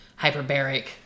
hyperbaric